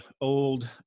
old